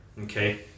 okay